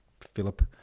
philip